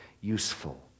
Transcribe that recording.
useful